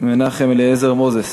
מנחם אליעזר מוזס,